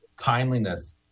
Timeliness